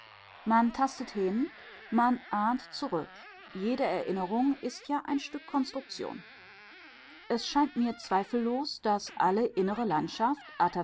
man tastet hin man ahnt zurück jede erinnerung ist ja ein stück konstruktion es scheint mir zweifellos daß alle innere landschaft